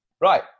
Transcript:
Right